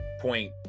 point